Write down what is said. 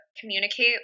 communicate